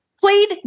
played